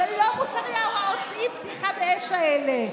זה לא מוסרי, הוראות האי-פתיחה באש האלה.